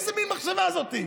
איזה מין מחשבה זאת?